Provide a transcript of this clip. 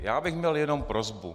Já bych měl jenom prosbu.